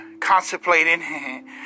contemplating